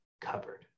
covered